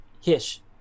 Hish